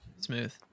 Smooth